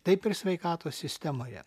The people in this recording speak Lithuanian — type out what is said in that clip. taip ir sveikatos sistemoje